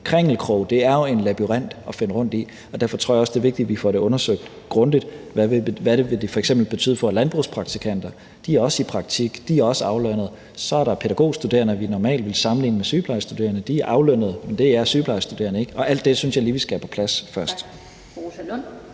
krinkelkrog – det er jo en labyrint at finde rundt i. Derfor tror jeg også, det er vigtigt, at vi får det undersøgt grundigt. Hvad vil det f.eks. betyde for landbrugspraktikanter? De er også i praktik, de er også er aflønnet. Så er der pædagogstuderende, som vi normalt ville sammenligne med sygeplejestuderende – de er aflønnet, men det er sygeplejestuderende ikke. Og alt det synes jeg lige vi skal have på plads først.